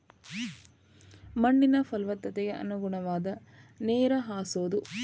ಮಣ್ಣಿನ ಪಲವತ್ತತೆಗೆ ಅನುಗುಣವಾಗಿ ನೇರ ಹಾಸುದು